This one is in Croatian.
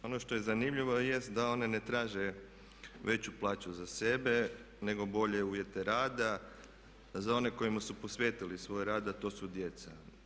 Ono što je zanimljivo jest da one ne traže veću plaću za sebe, nego bolje uvjete rada za one kojima su posvetile svoj rad a to su djeca.